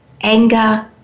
anger